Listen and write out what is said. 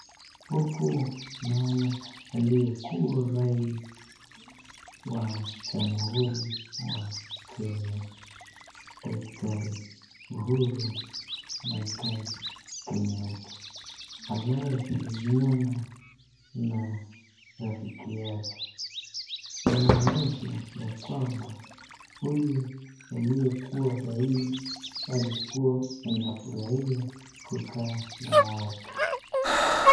Huku naona aliyekuwa raisi wa jamuhuri wa Kenya Daktari Uhuri Muigai Kenyatta anayesalimiana na rafiki yake. Inaonyesha ya kwamba huyu aliyekuwa raisi alikuwa anafurahia kukaa na watu.